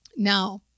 Now